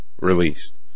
released